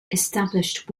established